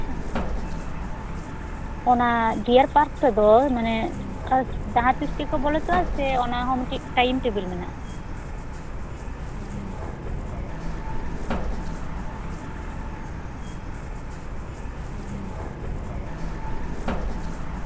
ᱚᱱᱟ deer park ᱛᱮᱫᱚ ᱢᱟᱱᱮ ᱡᱟᱦᱟᱸᱛᱤᱥ ᱜᱮᱠᱚ ᱵᱚᱞᱚ ᱦᱚᱪᱚᱣᱟᱜᱼᱟ ᱥᱮ ᱚᱱᱟ ᱦᱚᱸ ᱢᱤᱫᱴᱮᱱ ᱴᱟᱭᱤᱢ ᱴᱮᱵᱤᱞ ᱢᱮᱱᱟᱜᱼᱟ